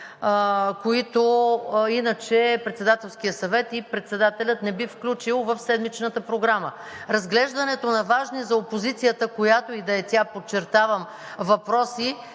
които иначе Председателският съвет и председателят не би включил в седмичната програма. Разглеждането на важни за опозицията, която и да е тя, подчертавам, въпроси